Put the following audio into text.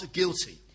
guilty